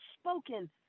spoken